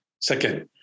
Second